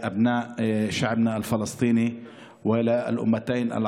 להלן תרגומם: אני שולח לבני עמנו הפלסטיני ולאומה הערבית